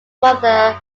mother